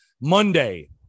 Monday